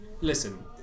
Listen